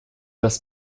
das